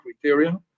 criteria